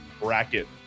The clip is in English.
bracket